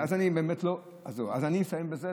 אז אני אסיים בזה.